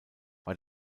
war